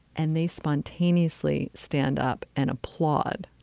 and they spontaneously stand up and applaud